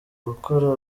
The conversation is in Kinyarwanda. gukora